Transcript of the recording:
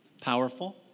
powerful